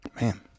Man